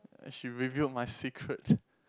and she revealed my secret